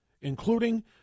including